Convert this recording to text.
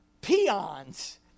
peons